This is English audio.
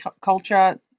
culture